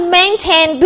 maintain